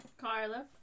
Carla